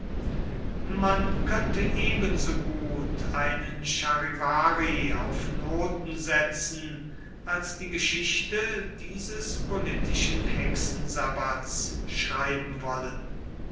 man könnte ebensogut ein charivari auf noten setzen als die geschichte dieses politischen hexensabbaths schreiben wollen